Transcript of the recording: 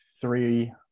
three